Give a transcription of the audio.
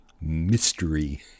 mystery